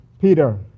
Peter